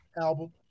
album